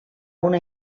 una